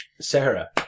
Sarah